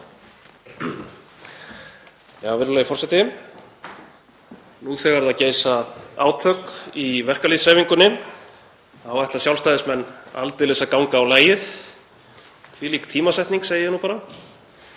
Virðulegi forseti. Nú þegar geisa átök í verkalýðshreyfingunni ætla Sjálfstæðismenn aldeilis að ganga á lagið. Hvílík tímasetning, segi ég nú bara.